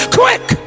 quick